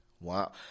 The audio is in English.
Wow